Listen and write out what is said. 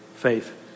Faith